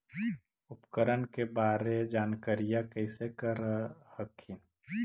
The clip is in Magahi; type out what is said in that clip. उपकरण के बारे जानकारीया कैसे कर हखिन?